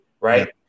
right